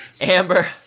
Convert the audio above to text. Amber